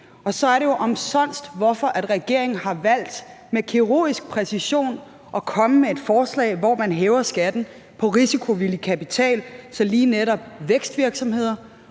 Og så virker det jo omsonst, at regeringen har valgt med kirurgisk præcision at komme med et forslag, hvor man hæver skatten på risikovillig kapital, så lige netop vækstvirksomheder